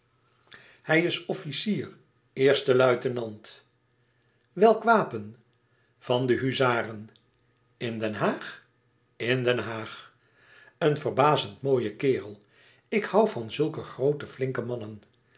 hij is officier eerste luitenant welk wapen van de huzaren in den haag in den haag een verbazende mooie kerel ik hoû van zulke groote flinke mannen